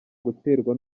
guterwa